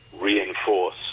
reinforce